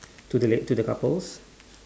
to the lake to the couples